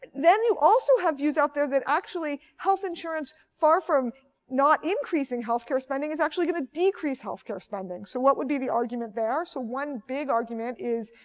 then you also have views out there that actually health insurance, far from not increasing health-care spending, is actually going to decrease health-care spending. so what would be the argument there? so one big argument is,